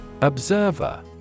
Observer